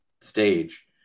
stage